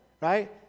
right